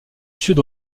sud